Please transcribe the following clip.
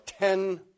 ten